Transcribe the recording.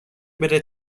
بره